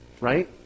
Right